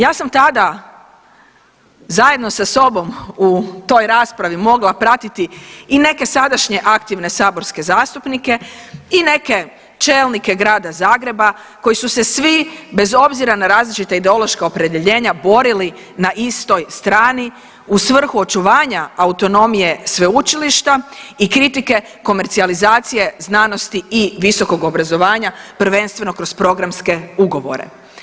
Ja sam tada zajedno sa sobom u toj raspravi mogla pratiti i neke sadašnje aktivne saborske zastupnike i neke čelnike grada Zagreba koji su se svi bez obzira na različita ideološka opredjeljenja borili na istoj strani u svrhu očuvanja autonomije sveučilišta i kritike komercijalizacije znanosti i visokog obrazovanja prvenstveno kroz programske ugovore.